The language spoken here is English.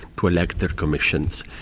to elect their commissions.